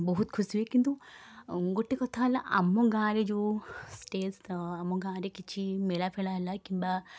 ବହୁତ ଖୁସି ହୁଏ କିନ୍ତୁ ଗୋଟେ କଥା ହେଲା ଆମ ଗାଁରେ ଯେଉଁ ଷ୍ଟେଜ୍ ଆମ ଗାଁରେ କିଛି ମେଳାଫେଳା ହେଲା କିମ୍ବା